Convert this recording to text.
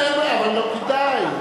אבל לא כדאי.